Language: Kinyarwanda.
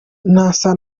ntasa